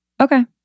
okay